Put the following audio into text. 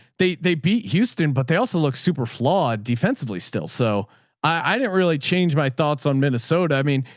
they, they beat houston, but they also look super flawed defensively still. so i didn't really change my thoughts on minnesota. i mean,